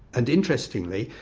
and interestingly,